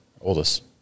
oldest